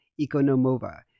Ikonomova